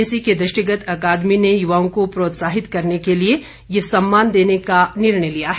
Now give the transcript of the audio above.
इसी के दृष्टिगत अकादमी ने युवाओं को प्रोत्साहित करने के लिए ये सम्मान देने का निर्णय लिया है